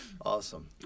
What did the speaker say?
Awesome